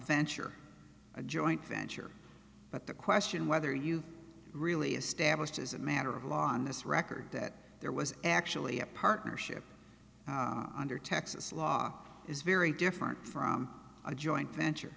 venture a joint venture but the question whether you really established is a matter of on this record that there was actually a partnership under texas law is very different from a joint venture